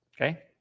okay